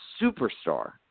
superstar